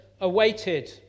awaited